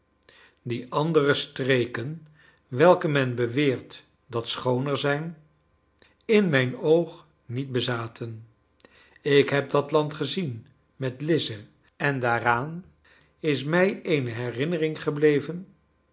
die andere streken welke men beweert dat schooner zijn in mijn oog niet bezaten ik heb dat land gezien met lize en daaraan is mij eene herinnering gebleven